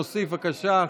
נוסיף, בבקשה.